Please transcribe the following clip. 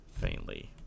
faintly